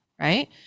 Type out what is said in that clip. right